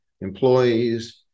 employees